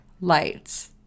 Lights